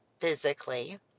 physically